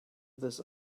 this